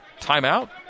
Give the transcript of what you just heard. timeout